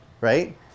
right